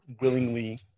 willingly